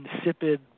insipid